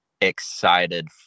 excited